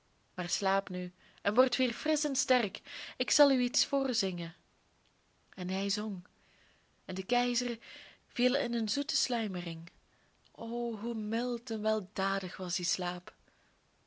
slaap nu en word weer frisch en sterk ik zal u iets voorzingen en hij zong en de keizer viel in een zoete sluimering o hoe mild en weldadig was die slaap